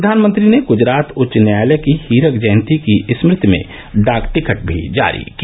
प्रधानमंत्री ने ग्जरात उच्च न्यायालय की हीरक जयंती की स्मृति में डाक टिकट भी जारी किया